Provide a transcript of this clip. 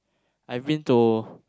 I've been to